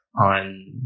on